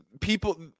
people